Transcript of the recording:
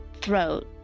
throat